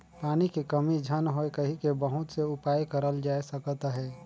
पानी के कमी झन होए कहिके बहुत से उपाय करल जाए सकत अहे